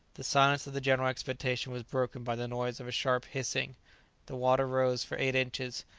the silence of the general expectation was broken by the noise of a sharp hissing the water rose for eight inches,